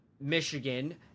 Michigan